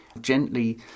gently